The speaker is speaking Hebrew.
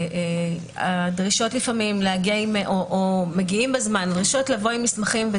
הדרישות לפעמים לבוא עם מסמכים,